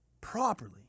properly